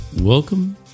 Welcome